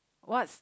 what's